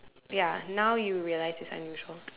ya now you realize it's unusual